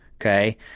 okay